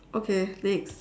okay next